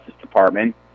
Department